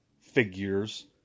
figures